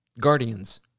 Guardians